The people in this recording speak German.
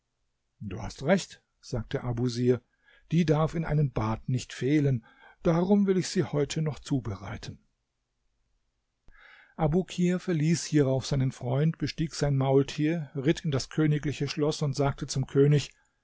du hast recht sagte abusir die darf in einem bad nicht fehlen darum will ich sie heute noch zubereiten abukir verließ hierauf seinen freund bestieg sein maultier ritt in das königliche schloß und sagte zum könig